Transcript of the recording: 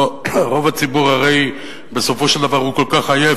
רוב הציבור הרי בסופו של דבר כל כך עייף,